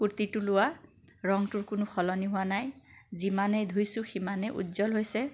কুৰ্তীটো লোৱা ৰঙটোৰ কোনো সলনি হোৱা নাই যিমানেই ধুইছোঁ সিমানেই উজ্জ্বল হৈছে